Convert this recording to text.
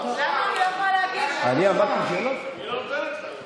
התשובה היא: הוא עשה את זה,